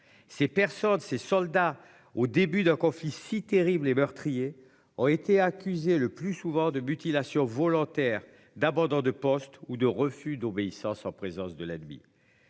Ces personnes, ces soldats au début de Kofi si terrible et meurtriers ont été accusé le plus souvent de mutilations volontaires d'abandons de poste ou de refus d'obéissance en présence de l'ennemi.